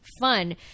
fun